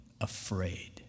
afraid